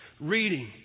reading